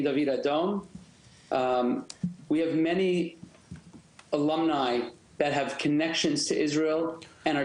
ואנחנו מקבלים הרבה סטודנטים ישראלים שעוברים דרכינו.